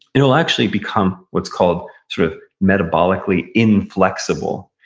it will actually become what's called sort of metabolically inflexible,